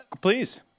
Please